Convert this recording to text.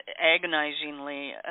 agonizingly